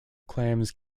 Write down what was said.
clams